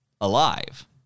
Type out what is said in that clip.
alive